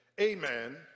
amen